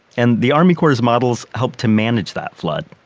and the army corps' models help to manage that flood.